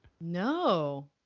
No